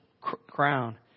crown